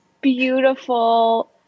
beautiful